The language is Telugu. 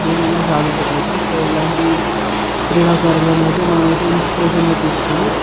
దేనినైనా సాధించగలుగుతాం సో ఇలాంటి క్రీడాకారులను అయితే మనం అయితే ఇన్స్పిరేషన్గా తీసుకొని